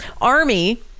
army